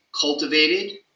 cultivated